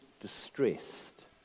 distressed